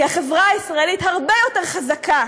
כי החברה הישראלית הרבה יותר חזקה